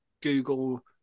Google